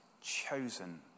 chosen